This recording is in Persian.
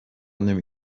نمی